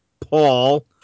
Paul